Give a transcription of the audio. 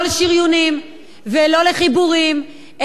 לא לשריונים ולא לחיבורים,